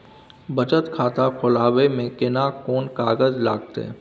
बचत खाता खोलबै में केना कोन कागज लागतै?